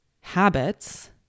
habits